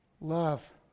Love